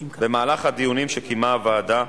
תחויב בקבלת היתר הפעלה,